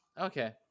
Okay